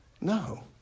No